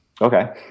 Okay